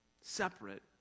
separate